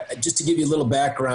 אתן רק רקע קצר.